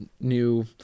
new